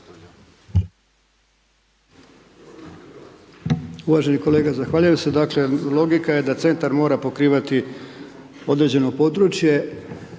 Uvaženi kolega, zahvaljujem se. Dakle, logika je da centar mora pokrivati određeno područje